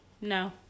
no